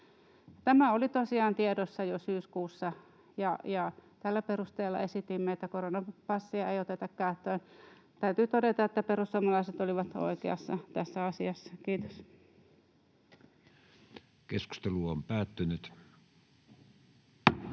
Tämä oli tosiaan tiedossa jo syyskuussa, ja tällä perusteella esitimme, että koronapassia ei oteta käyttöön. Täytyy todeta, että perussuomalaiset olivat oikeassa tässä asiassa. — Kiitos.